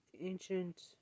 Ancient